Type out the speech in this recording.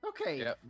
Okay